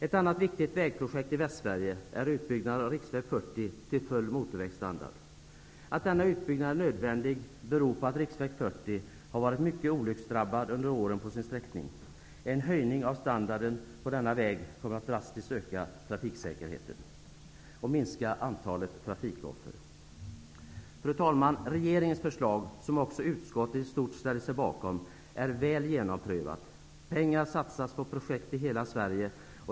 Ett annat viktigt vägprojekt i Västsverige är utbyggnad av riksväg 40 till full motorvägsstandard. Att denna utbyggnad är nödvändig beror på att riksväg 40 har varit mycket olycksdrabbad under åren. En höjning av standarden på denna väg kommer att drastiskt öka trafiksäkerheten och minska antalet trafikoffer. Fru talman! Regeringens förslag, som också utskottet i stort ställer sig bakom, är väl prövat. Pengar satsas på projekt i hela Sverige.